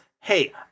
hey